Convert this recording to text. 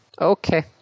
Okay